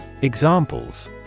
Examples